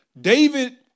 David